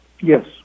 Yes